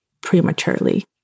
prematurely